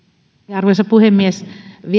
arvoisa puhemies